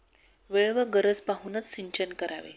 वेळ व गरज पाहूनच सिंचन करावे